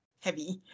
heavy